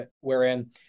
wherein